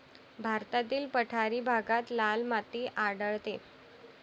भारतातील पठारी भागात लाल माती आढळते